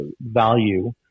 value